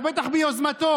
זה בטח ביוזמתו,